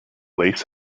lace